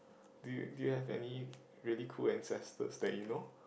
do you do you any really cool ancestors that you know